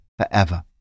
forever